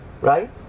right